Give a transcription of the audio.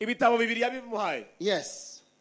Yes